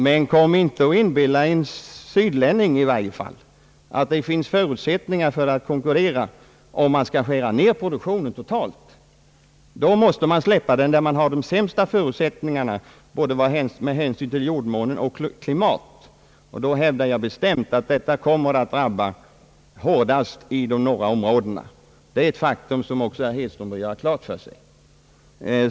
Men försök inte inbilla en sydsvensk att det finns förutsättningar där för att konkurrera om man skall skära ned produktionen totalt. Då måste man släppa produktionen där man har de sämsta förutsättningarna både med hänsyn till jordmån och klimat. Jag hävdar bestämt, att detta kommer att drabba hårdast i de norra områdena. Det är ett faktum som även herr Hedström bör göra klart för sig.